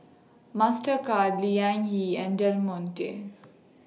Mastercard Liang Yi and Del Monte